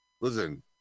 Listen